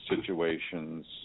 situations